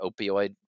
opioid